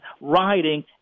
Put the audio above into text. riding